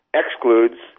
excludes